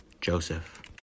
Joseph